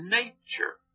nature